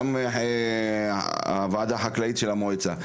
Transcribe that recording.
גם הוועדה החקלאית של המועצה,